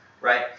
right